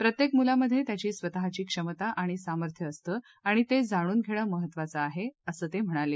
प्रत्येक मुलांमधे त्याची स्वतःची क्षमता आणि सामध्य असतं आणि ते जाणून घेणं महत्वाचं आहे असं ते म्हणाले